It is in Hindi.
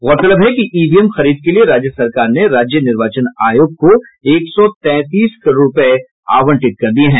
गौरतलब है कि ईवीएम खरीद के लिए राज्य सरकार ने राज्य निर्वाचन आयोग को एक सौ तैंतीस करोड़ रूपये आवंटित कर दिये हैं